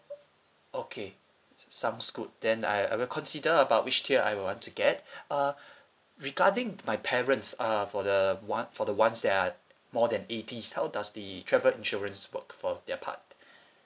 okay sounds good then I I will consider about which tier I will want to get uh regarding my parents uh for the one for the ones that are more than eighties how does the travel insurance work for their part